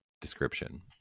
description